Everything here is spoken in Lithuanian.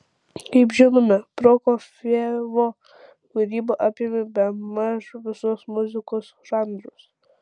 kaip žinome prokofjevo kūryba apėmė bemaž visus muzikos žanrus